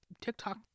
TikTok